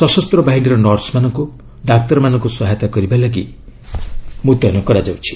ସଶସ୍ତ ବାହିନୀର ନର୍ସ ମାନଙ୍କୁ ଡାକ୍ତରମାନଙ୍କୁ ସହାୟତା କରିବା ପାଇଁ ମଧ୍ୟ ମୁତୟନ କରାଯାଉଛି